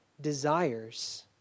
desires